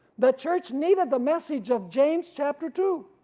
but church needed the message of james chapter two,